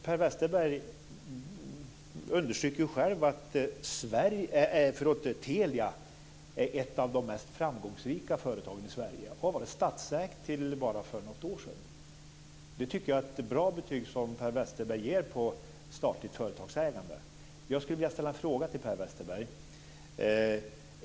Per Westerberg understryker själv att Telia är ett av de mest framgångsrika företagen i Sverige, och Telia har varit statsägt till för bara något år sedan. Det tycker jag är ett bra betyg som Per Westerberg ger på ett statligt företagsägande. Jag skulle vilja ställa en fråga till Per Westerberg.